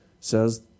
says